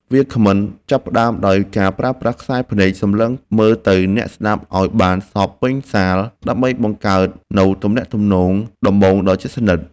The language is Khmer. វាគ្មិនចាប់ផ្ដើមដោយការប្រើប្រាស់ខ្សែភ្នែកសម្លឹងមើលទៅអ្នកស្ដាប់ឱ្យបានសព្វពេញសាល ដើម្បីបង្កើតនូវទំនាក់ទំនងដំបូងដ៏ស្និទ្ធស្នាល។